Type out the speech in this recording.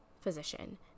physician